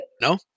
No